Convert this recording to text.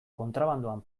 kontrabandoan